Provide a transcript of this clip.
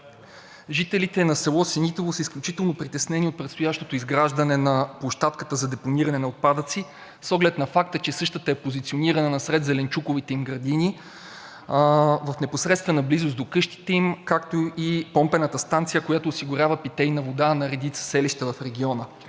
жителите на село Синитово са изключително притеснени от предстоящото изграждане на площадката за депониране на отпадъци с оглед на факта, че същата е позиционирана насред зеленчуковите им градини, в непосредствена близост до къщите им, както и помпената станция, която осигурява питейна вода на редица селища в региона.